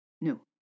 No